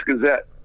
gazette